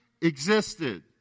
existed